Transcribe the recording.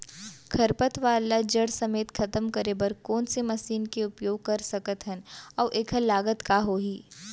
खरपतवार ला जड़ समेत खतम करे बर कोन से मशीन के उपयोग कर सकत हन अऊ एखर लागत का होही?